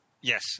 Yes